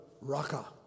Raka